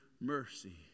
mercy